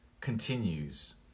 continues